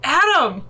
adam